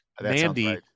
Mandy